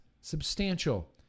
Substantial